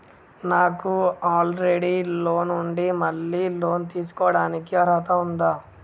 నాకు already loan ఉండి మళ్ళీ లోన్ తీసుకోవడానికి అర్హత ఉందా?